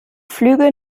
flüge